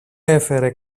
έφερε